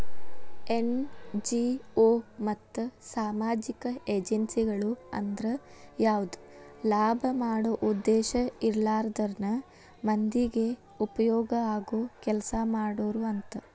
NGO ಮತ್ತ ಸಾಮಾಜಿಕ ಏಜೆನ್ಸಿಗಳು ಅಂದ್ರ ಯಾವದ ಲಾಭ ಮಾಡೋ ಉದ್ದೇಶ ಇರ್ಲಾರ್ದನ ಮಂದಿಗೆ ಉಪಯೋಗ ಆಗೋ ಕೆಲಸಾ ಮಾಡೋರು ಅಂತ